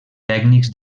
tècnics